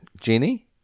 Genie